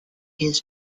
his